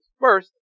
First